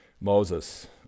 Moses